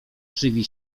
krzywi